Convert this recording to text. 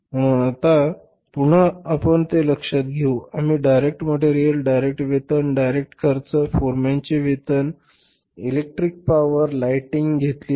म्हणून आता पुन्हा आपण ते घेऊ शकता आम्ही डायरेक्ट मटेरियल डायरेक्ट वेतन डायरेक्ट खर्च फोरमॅनचे वेतन इलेक्ट्रिक पाॅवर लाईटनिंग घेतली आहे